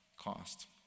cost